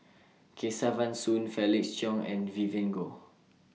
Kesavan Soon Felix Cheong and Vivien Goh